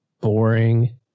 boring